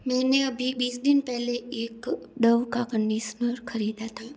मैंने अभी बीस दिन पहले एक डव का कंडिसनर ख़रीदा था